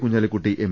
Kunhalikutty M